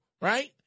right